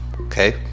okay